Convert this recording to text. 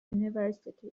university